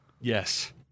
Yes